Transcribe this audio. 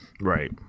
right